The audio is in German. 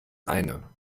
eine